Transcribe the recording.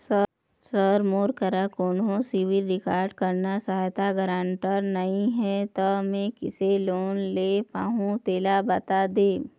sir मोर करा कोन्हो सिविल रिकॉर्ड करना सहायता गारंटर नई हे ता मे किसे लोन ले पाहुं तेला बता दे